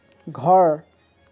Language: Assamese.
ঘৰ